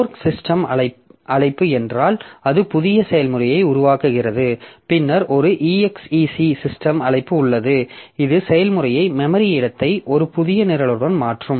fork system அழைப்பு என்றால் அது புதிய செயல்முறையை உருவாக்குகிறது பின்னர் ஒரு exec சிஸ்டம் அழைப்பு உள்ளது இது செயல்முறை மெமரி இடத்தை ஒரு புதிய நிரலுடன் மாற்றும்